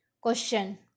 Question